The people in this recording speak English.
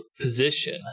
position